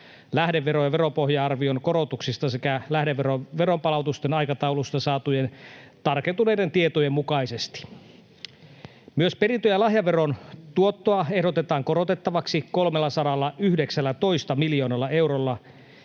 lähdevero- ja veropohja-arvion korotuksista sekä lähdeveron veronpalautusten aikataulusta saatujen tarkentuneiden tietojen mukaisesti. Myös perintö- ja lahjaveron tuottoa ehdotetaan korotettavaksi 319 miljoonalla eurolla,